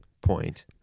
point